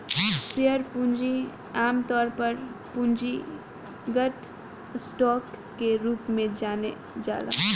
share पूंजी आमतौर पर पूंजीगत स्टॉक के रूप में जनाला